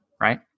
right